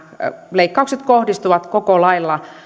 leikkaukset kohdistuvat koko lailla